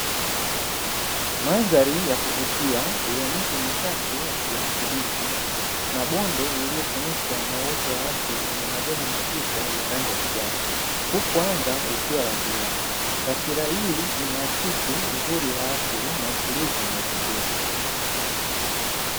Mandhari ya kuvutia yenye miti michache ya kijani kibichi na bonde lililofunikwa na uoto wa asili wenye majani mazito ya rangi ya kijani huku anga likiwa la bluu, taswira hii inaakisi uzuri wa asili na utulivu wa mazingira.